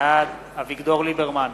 בעד אביגדור ליברמן,